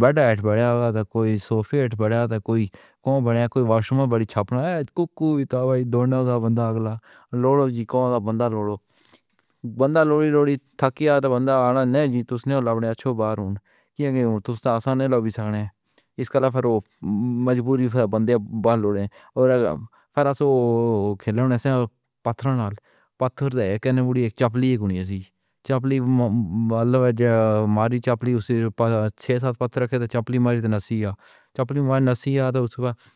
بےڈ ہٹ بنیا ہووے گا تو کوئی سوفے ہٹ بنیا، تو کوئی کوہو بنیا، کوئی واش روم بنیا۔ چھپنا ہے، کوکو وی تھا بھائی دوڑن دا بندہ۔ اگلا دوڑو۔ جی کون سا بندہ لوڑو، بندہ لوڑی لوڑی تھک گیا تے بندہ آنا نئیں تو لوٹݨ اچھا باہر نکلو۔ تُس آساں ہی لگ سکدے او۔ ایس کلہ پھر مجبوری تو بندے بن لو تے پھر کھیݙݨ تو پتھر نال، پتھر دی نِبُڑی چپلی گُݨی سی چپلی۔ مانو ماری چپلی اُسے چھہ ست پتھر رکھے تے چپلی ماری تو نسی یا چپلی ماری نسی ہوندا اُس وکت۔